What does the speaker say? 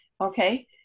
Okay